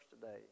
today